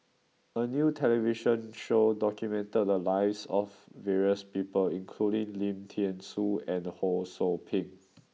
a new television show documented the lives of various people including Lim Thean Soo and Ho Sou Ping